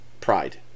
pride